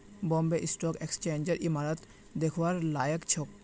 Bombay stock एक्सचेंजेर इमारत दखवार लायक छोक